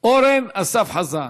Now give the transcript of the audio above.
אורן אסף חזן,